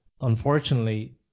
unfortunately